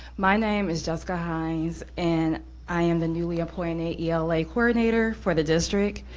my name is jessica hines and i am the newly appointed ela coordinator for the district.